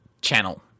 channel